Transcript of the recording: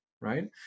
right